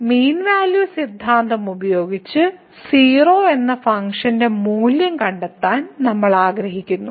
കൂടാതെ mean value സിദ്ധാന്തം ഉപയോഗിച്ച് 0 എന്ന ഫംഗ്ഷന്റെ മൂല്യം കണ്ടെത്താൻ നമ്മൾ ആഗ്രഹിക്കുന്നു